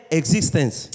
existence